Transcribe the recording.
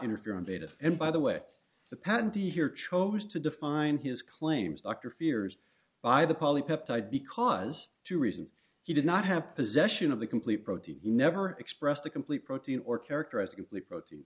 interfering data and by the way the patentee here chose to define his claims doctor fears by the poly peptide because two reasons he did not have possession of the complete protein he never expressed a complete protein or characteristically protein